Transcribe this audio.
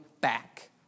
back